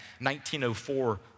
1904